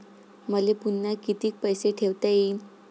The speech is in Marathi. मले पुन्हा कितीक पैसे ठेवता येईन?